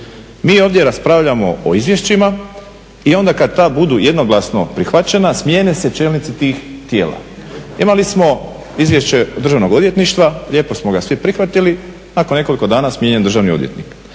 Mi ovdje raspravljamo o izvješćima i onda kada ta budu jednoglasno prihvaćena smjene se čelnici tih tijela. Imali smo izvješće Državnog odvjetništva, lijepo smo ga svi prihvatili, nakon nekoliko dana smijenjen državni odvjetnik.